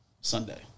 Sunday